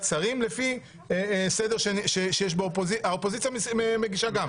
שרים לפי סדר שיש האופוזיציה מגישה גם.